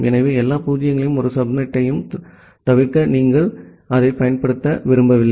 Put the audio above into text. எனவே எல்லா பூஜ்ஜியங்களையும் ஒரு சப்நெட்டையும் தவிர்க்க நீங்கள் அதைப் பயன்படுத்த விரும்பவில்லை